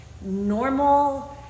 normal